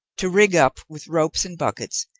to rig up, with ropes and buckets,